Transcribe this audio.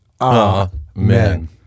Amen